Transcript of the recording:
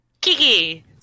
Kiki